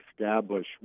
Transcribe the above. establish